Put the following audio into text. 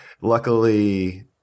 Luckily